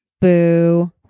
Boo